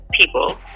people